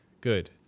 good